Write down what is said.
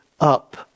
Up